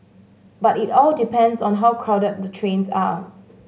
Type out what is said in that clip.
but it all depends on how crowded the trains are